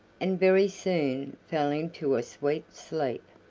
and very soon fell into a sweet sleep.